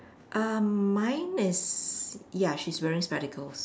um mine is ya she's wearing spectacles